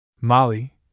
Molly